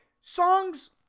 songs